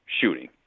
shooting